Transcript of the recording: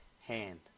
hand